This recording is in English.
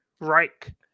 Reich